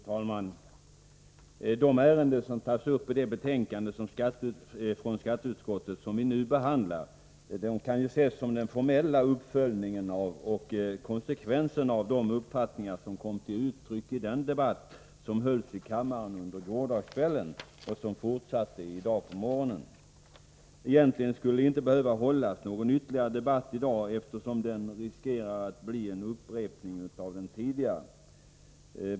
Fru talman! De ärenden som tas upp i det betänkande från skatteutskottet som vi nu behandlar kan ses som den formella uppföljningen av och en konsekvens av de uppfattningar som kom till uttryck i den debatt som hölls i kammaren under gårdagskvällen med fortsättning i dag på morgonen. Egentligen skulle det inte behöva föras någon ytterligare debatt i dag, eftersom den riskerar att bli en upprepning av den tidigare.